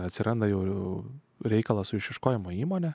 atsiranda bjaurių reikalą su išieškojimo įmone